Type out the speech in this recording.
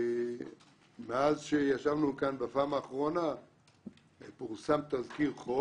מאז שישבנו כאן בפעם האחרונה פורסם תזכיר חוק